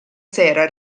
sera